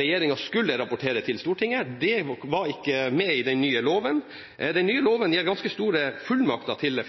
regjeringen skulle rapportere til Stortinget. Det var ikke med i den nye loven. Den nye loven gir ganske store fullmakter til